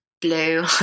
blue